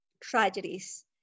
tragedies